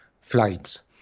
flights